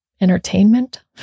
entertainment